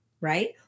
right